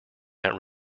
that